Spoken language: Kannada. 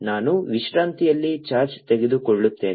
ನಾನು ವಿಶ್ರಾಂತಿಯಲ್ಲಿ ಚಾರ್ಜ್ ತೆಗೆದುಕೊಳ್ಳುತ್ತೇನೆ